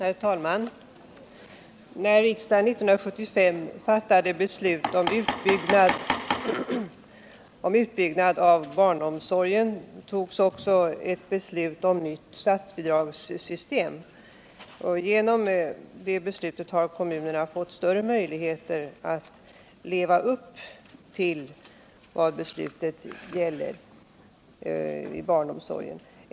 Herr talman! I samband med att riksdagen år 1975 fattade beslut om utbyggnad av barnomsorgen togs också ett beslut om ett nytt statsbidragssystem. Tack vare det beslutet har kommunerna fått större möjligheter att leva upp till vad beslutet innebär när det gäller barnomsorgen.